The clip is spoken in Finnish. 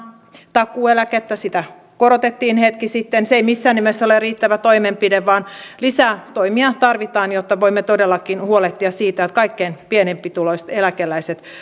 takuueläkettä sitä korotettiin hetki sitten se ei missään nimessä ole riittävä toimenpide vaan lisää toimia tarvitaan jotta voimme todellakin huolehtia siitä että kaikkein pienituloisimmat eläkeläiset